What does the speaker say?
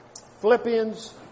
Philippians